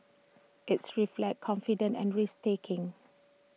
its reflects confidence and risk taking